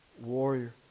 warrior